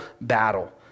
battle